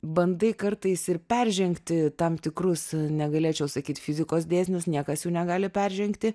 bandai kartais ir peržengti tam tikrus negalėčiau sakyt fizikos dėsnius niekas jų negali peržengti